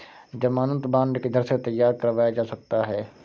ज़मानत बॉन्ड किधर से तैयार करवाया जा सकता है?